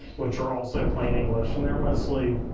which are also plain english. and they're mostly,